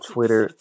Twitter